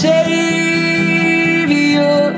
Savior